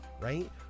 right